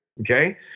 Okay